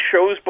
shows